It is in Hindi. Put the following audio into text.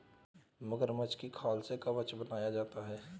मगरमच्छ की खाल से कवच बनाया जाता है